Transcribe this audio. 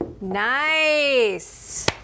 Nice